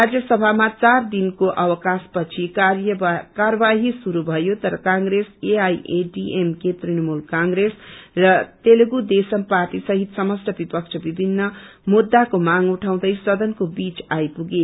राज्यसभामा चार दिनको अवकाश पछि कार्यवाही श्रुरू भयो तर कांप्रेस एआईएडीएमके तृणमूल कांप्रेस र तेलुगु देशम पार्टी सहित समस्त बिपक्ष विभिन्न मुद्धाको माँग उठाउँदै सदनको बीच आईपुगे